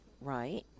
right